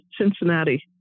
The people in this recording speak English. cincinnati